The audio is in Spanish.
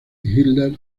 hitler